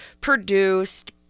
produced